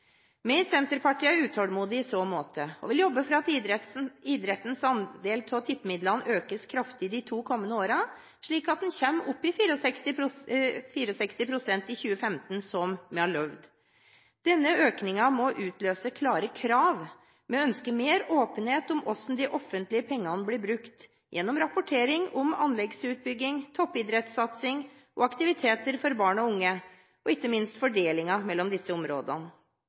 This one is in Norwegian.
Vi i Senterpartiet er utålmodige i så måte, og vil jobbe for at idrettens andel av tippemidlene økes kraftig de to kommende årene, slik at en kommer opp i 64 pst. i 2015, som vi har lovt. Denne økningen må utløse klare krav. Vi ønsker mer åpenhet om hvordan de offentlige pengene blir brukt gjennom rapportering om anleggsutbygging, toppidrettssatsing og aktiviteter for barn og unge – og ikke minst fordelingen mellom disse områdene.